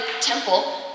temple